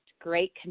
great